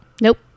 nope